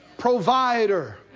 provider